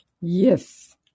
Yes